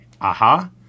Aha